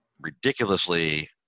ridiculously